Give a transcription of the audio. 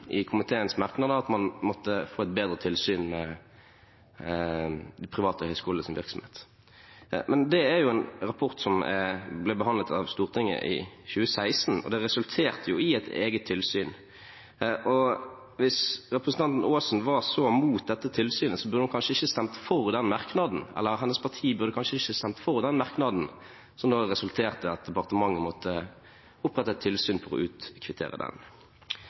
at man måtte få bedre tilsyn med de private høyskolenes virksomhet. Men det er jo en rapport som ble behandlet av Stortinget i 2016, og det resulterte i et eget tilsyn. Hvis representanten Aasen var så mot det tilsynet, burde hennes parti kanskje ikke stemt for merknaden som resulterte i at departementet måtte opprette et tilsyn for å utkvittere den.